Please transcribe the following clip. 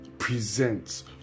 presents